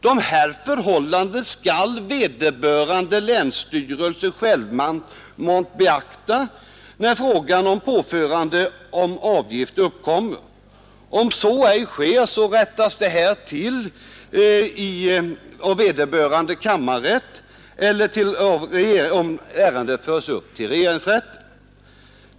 De här förhållandena skall vederbörande länsstyrelse självmant beakta när fråga om påförande av avgift uppkommer. Om så ej sker, rättas det här till av vederbörande kammarrätt eller, om ärendet förs upp dit, av regeringsrätten.